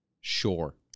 Sure